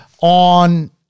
on